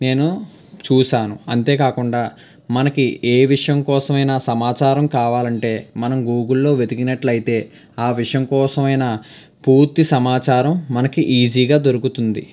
నేను చూసాను అంతేకాకుండా మనకి ఏ విషయం కోసమైనా సమాచారం కావాలంటే మనం గూగుల్లో వెతికినట్లయితే ఆ విషయం కోసమైనా పూర్తి సమాచారం మనకు ఈజీగా దొరుకుతుంది